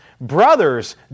brothers